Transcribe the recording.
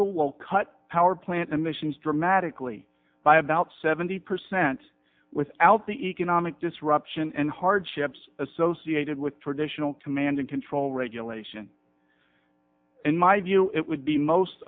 care will cut power plant emissions dramatically by about seventy percent without the economic disruption and hardships associated with traditional command and control regulation in my view it would be most